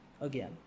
again